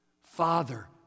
Father